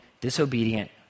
disobedient